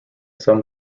some